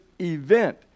event